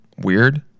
weird